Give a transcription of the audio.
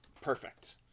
perfect